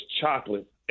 chocolate